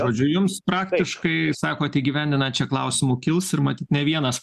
žodžiu jums praktiškai sakot įgyvendinant čia klausimų kils ir matyt ne vienas